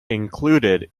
included